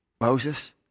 Moses